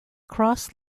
cross